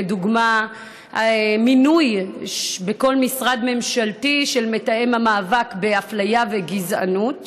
לדוגמה מינוי של מתאם המאבק באפליה וגזענות